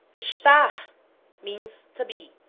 estar means to be,